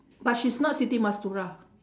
but she's not siti-mastura